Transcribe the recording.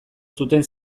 zuten